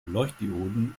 leuchtdioden